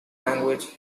language